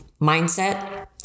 mindset